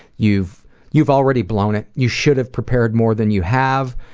you've you've already blown it, you should have prepared more than you have.